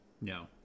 No